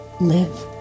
live